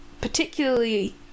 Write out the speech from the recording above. particularly